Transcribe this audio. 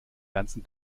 ganzen